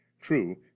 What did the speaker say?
True